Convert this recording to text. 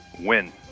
Win